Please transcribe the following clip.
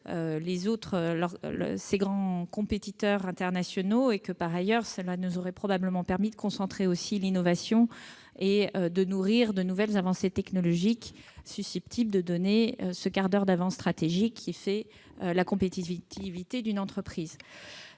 égal avec ses grands compétiteurs internationaux. Il nous aurait probablement permis, également, de concentrer l'innovation et de nourrir de nouvelles avancées technologiques susceptibles de donner ce quart d'heure d'avance stratégique qui fait la compétitivité d'une entreprise.